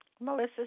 Melissa